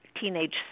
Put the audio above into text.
teenage